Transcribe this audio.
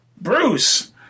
Bruce